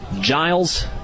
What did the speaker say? Giles